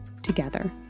together